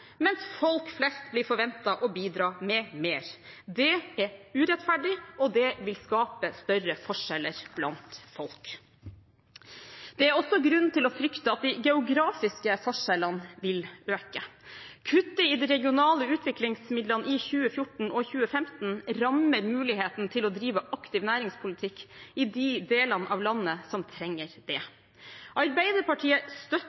mens det av folk flest blir forventet å bidra med mer. Det er urettferdig og vil skape større forskjeller blant folk. Det er også grunn til å frykte at de geografiske forskjellene vil øke. Kuttet i de regionale utviklingsmidlene i 2014 og 2015 rammer muligheten til å drive aktiv næringspolitikk i de delene av landet som trenger det. Arbeiderpartiet støtter